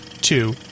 two